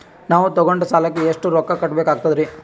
ನಾವು ತೊಗೊಂಡ ಸಾಲಕ್ಕ ಎಷ್ಟು ರೊಕ್ಕ ಕಟ್ಟಬೇಕಾಗ್ತದ್ರೀ?